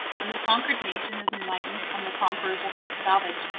when the conquered nation is enlightened, and the conquerors are half savage,